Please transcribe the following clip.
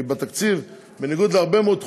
כי בתקציב, בניגוד להרבה מאוד חוקים,